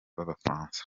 b’abafaransa